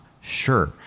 sure